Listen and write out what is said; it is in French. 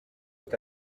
est